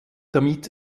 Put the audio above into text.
damit